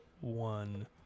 one